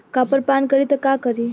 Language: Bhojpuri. कॉपर पान करी त का करी?